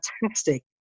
fantastic